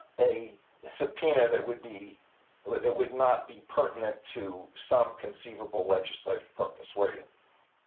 a subpoena that would be like that would not be pertinent to some conceivable legislative purpose, were you?